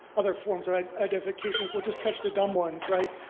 other forms of identifications, we'll just catch the dumb ones, right,